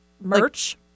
merch